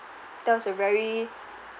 that was a very